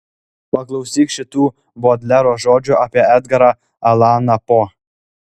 paklausyk šitų bodlero žodžių apie edgarą alaną po